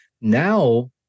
now-